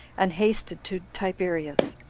and hasted to tiberias,